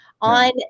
on